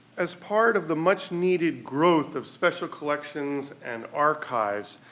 as part of the much needed growth of special collections and archives,